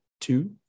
two